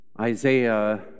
Isaiah